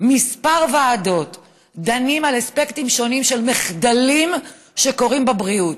בכמה ועדות דנים על אספקטים שונים של מחדלים שקורים בבריאות: